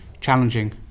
challenging